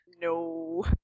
No